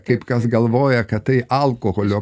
kaip kas galvoja kad tai alkoholio